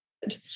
good